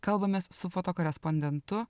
kalbamės su fotokorespondentu